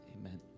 amen